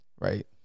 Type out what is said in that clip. Right